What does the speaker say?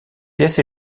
pièce